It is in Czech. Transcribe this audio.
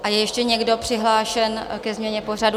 A je ještě někdo přihlášen ke změně pořadu?